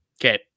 Okay